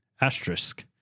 asterisk